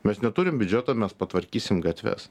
mes neturim biudžeto mes patvarkysim gatves